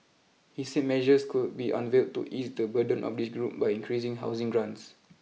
he said measures could be unveiled to ease the burden of this group by increasing housing grants